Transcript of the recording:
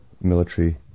military